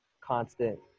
constant